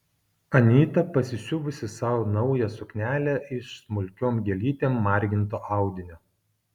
anyta pasisiuvusi sau naują suknelę iš smulkiom gėlytėm marginto audinio